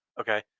Okay